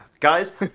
Guys